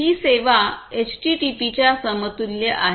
ही सेवा HTTP च्या समतुल्य आहे